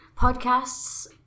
podcasts